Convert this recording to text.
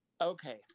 Okay